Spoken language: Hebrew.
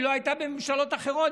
היא לא הייתה בממשלות אחרות,